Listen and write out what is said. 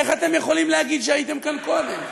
איך אתם יכולים להגיד שהייתם כאן קודם?